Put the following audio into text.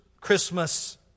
Christmas